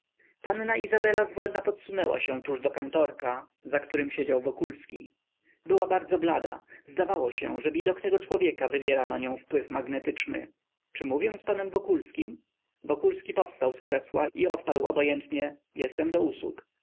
panna izabela zwolna podsunęła się tuż do kantorka za którym siedział wokulski była bardzo blada zdawało się że widok tego człowieka wywiera na nią wpływ magnetyczny czy mówię z panem wokulskim wokulski powstał z krzesła i odparł obojętnie jestem do usług